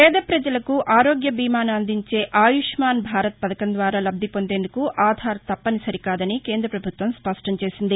పేద పజలకు ఆరోగ్య బీమాను అందించే ఆయుష్నాన్ భారత్ పథకం ద్వారా లబ్లి పొందేందుకు ఆధార్ తప్పనిసరి కాదని కేంద్ర పభుత్వం స్పష్టం చేసింది